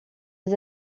des